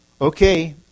Okay